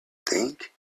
think